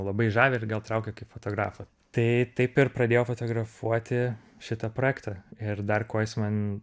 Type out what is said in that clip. labai žavi ir gal traukia kaip fotografą tai taip ir pradėjau fotografuoti šitą projektą ir dar kuo jis man